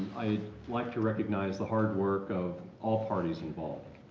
i'd like to recognize the hard work of all parties involved,